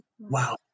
wow